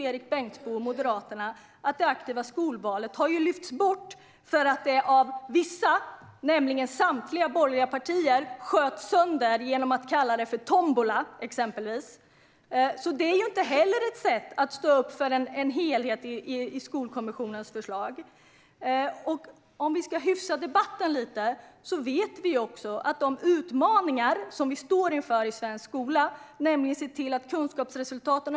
Erik Bengtzboe i Moderaterna vet ju att det aktiva skolvalet har lyfts bort för att det av vissa, det vill säga samtliga borgerliga partier, sköts sönder genom att man exempelvis kallade det tombola. Det är inte heller att stå upp för Skolkommissionens förslag i dess helhet. Om vi ska hyfsa till debatten något vet vi att de utmaningar vi står inför när det gäller svensk skola även fanns när Erik Bengtzboes parti ledde regeringen.